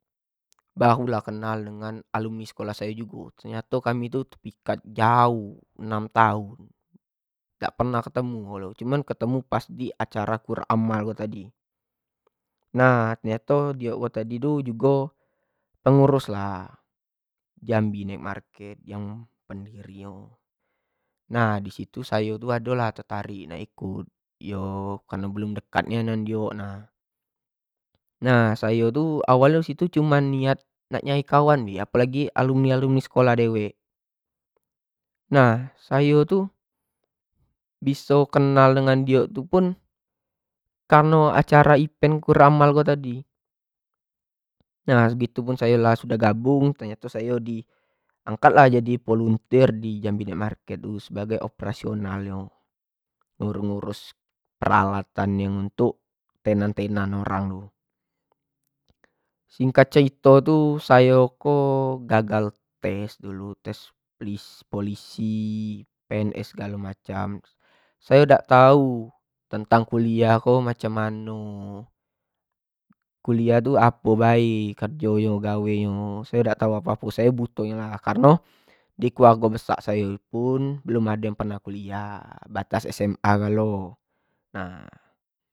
Baru lah kenal dengan alumni sekolah sayo jugo, kami tu tepikat jauh enam tahun dak pernah ketemu baru lah ketemu pas di acara quran amal ko tadi, nah ternyato io tu tadi tu jugo pengurus lah jambi night market yang pendiri nyo, nah disitu tadi ado lah tertarik nak ikut, yo tapi belum dekat lah dengna diok nah sayo tu awal nyo disitu niat nak nyari kawan bae, apo lagi disitu alumni-alumni sekolah dewek nah sayo tu biso kenla dengan diok tu kareno event quran amal ko tadi, nah begitu pun sayo lah gabung, ternyato sayo di angkat lah jadi volunteer di jambi night market tadi, sebagai operasional nyo. yang ngurus peralatan-peralatan, tenant-tenant orang tu, singkat cerito tu ayo ko gagal tes dulu, tes polisi, pns segalo amcam, sayo dak tau tentang kuliah ko macam mano, kuliah tu apo be, kerjo nyo, segalo amcam, kareno di keluarga besak sayo tu pun belum do yang pernah kuliah, batas SMA galo nah.